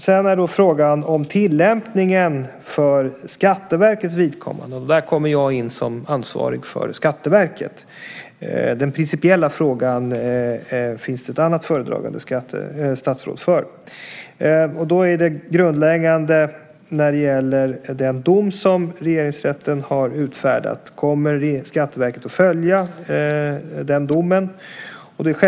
När det gäller frågan om tillämpningen för Skatteverkets vidkommande kommer jag in som ansvarig för Skatteverket. Den principiella frågan finns det ett annat föredragande statsråd för. Det grundläggande när det gäller den dom som Regeringsrätten har utfärdat är om Skatteverket kommer att följa den domen.